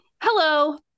hello